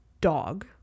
dog